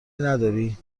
نداری